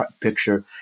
picture